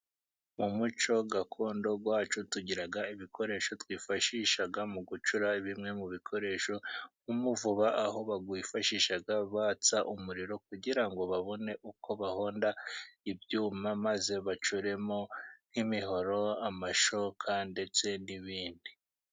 Mu muco gakondo wacu, tugira ibikoresho twifashisha mu gucura bimwe mu bikoresho nk'umuvuba, aho bawifashisha batsa umuriro kugira ngo babone uko bahonda ibyuma, maze bacuremo nk'imihoro, amashoka, ndetse n'ibindi.